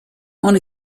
own